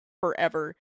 forever